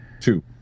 Two